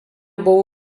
buvo